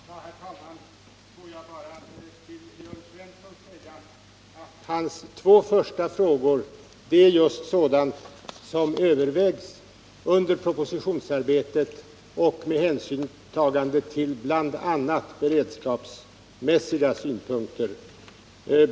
Herr talman! Får jag till Jörn Svensson bara säga att hans två första frågor behandlar just sådant som övervägs under propositionsarbetet och med hänsynstagande till bl.a. beredskapsmässiga synpunkter.